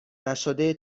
نشده